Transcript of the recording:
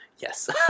Yes